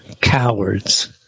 cowards